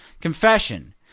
confession